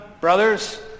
brothers